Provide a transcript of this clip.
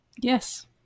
Yes